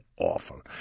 awful